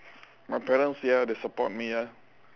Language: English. my parents sia they support me lah